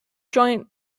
joint